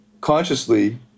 consciously